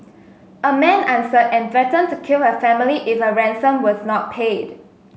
a man answered and threatened to kill her family if a ransom was not paid